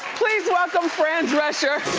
please welcome fran drescher.